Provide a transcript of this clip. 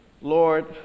Lord